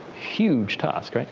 huge task,